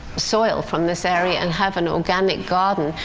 soil from this area and have an organic garden.